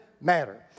matter